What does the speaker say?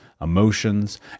emotions